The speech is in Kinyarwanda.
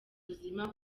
ubuzima